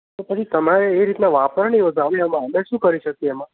તો પછી તમારે એ રીતના વાપરવા નહીં હતા અમે એમાં અમે શું કરી શકીએ એમાં